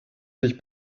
sich